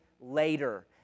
later